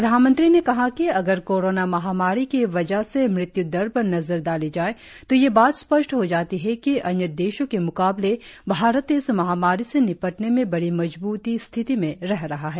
प्रधानमंत्री ने कहा कि अगर कोरोना महामारी की वजह से मृत्युदर पर नजर डाली जाए तो यह बात स्पष्ट हो जाती है कि अन्य देशों के म्काबले भारत इस महामारी से निपटने में बड़ी मजबूत स्थिति में रहा है